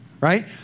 right